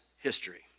history